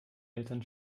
eltern